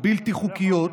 ובלתי חוקיות